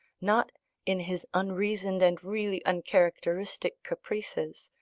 not in his unreasoned and really uncharacteristic caprices,